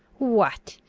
what,